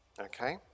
okay